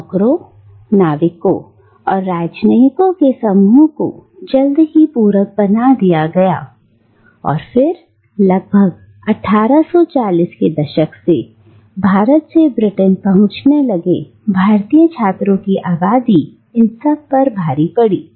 नौकरों नाविकों और राजनयिकों के समूह को जल्द ही पूरक बना दिया गया और फिर लगभग 1840 के दशक से भारत से ब्रिटेन पहुंचने लगे भारतीय छात्रों की आबादी इन सब पर भारी पड़ी